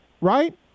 right